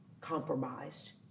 compromised